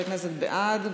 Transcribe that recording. בעד,